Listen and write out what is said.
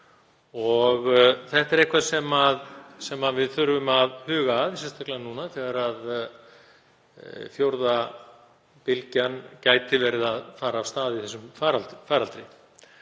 Það er eitthvað sem við þurfum að huga að, sérstaklega núna þegar fjórða bylgjan gæti verið að fara af stað í þessum faraldri.